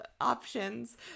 options